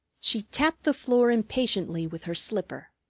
she tapped the floor impatiently with her slipper.